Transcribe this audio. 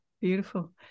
Beautiful